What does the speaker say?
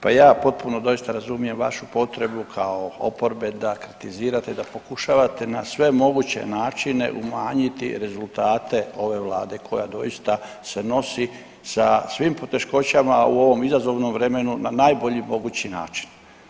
Pa ja potpuno doista razumijem vašu potrebu kao oporbe da kritizirate, da pokušavate na sve moguće načine u manjiti rezultate ove vlade koja doista se nosi sa svim poteškoćama u ovom izazovnom vremenu na najbolji mogući način.